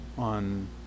On